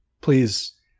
please